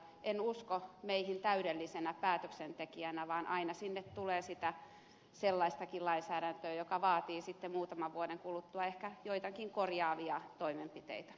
en usko meihin täydellisenä päätöksentekijänä vaan aina sinne tulee sitä sellaistakin lainsäädäntöä joka vaatii sitten muutaman vuoden kuluttua ehkä joitakin korjaavia toimenpiteitä